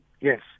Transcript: yes